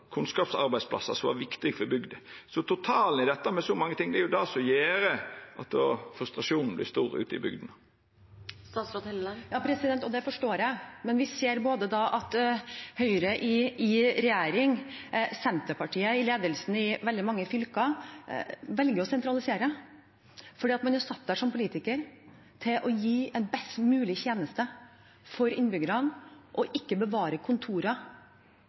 som var viktige for bygda. Totalen i dette, med så mange ting, er det som gjer at frustrasjonen vert stor ute i bygdene. Det forstår jeg, men vi ser at både Høyre i regjering og Senterpartiet i ledelsen i veldig mange fylker velger å sentralisere fordi man er satt der som politiker for å gi en best mulig tjeneste til innbyggerne og ikke for å bevare kontorer.